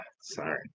sorry